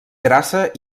grassa